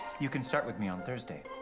you can start with me on thursday.